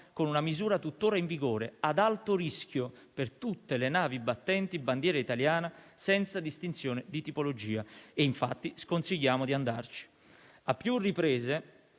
con una misura tuttora in vigore, ad alto rischio per tutte le navi battenti bandiera italiana, senza distinzione di tipologia (infatti sconsigliamo di andarci). A più riprese